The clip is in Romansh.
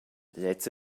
gliez